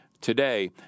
Today